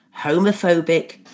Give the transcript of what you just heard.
homophobic